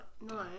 No